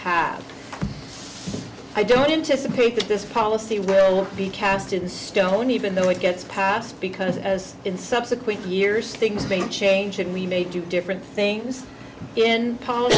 have i don't anticipate that this policy will be cast in stone even though it gets passed because as in subsequent years things may change and we may do different things in pol